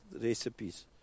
recipes